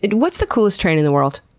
and what's the coolest train in the world?